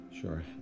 sure